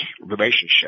relationship